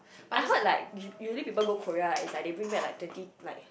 I heard like usually usually people go Korea is like they bring back like twenty like